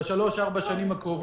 בשלוש ארבע השנים הקרובות.